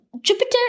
Jupiter